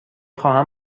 خواهم